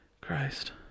christ